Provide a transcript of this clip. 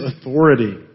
authority